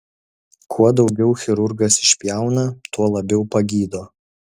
kuo daugiau chirurgas išpjauna tuo labiau pagydo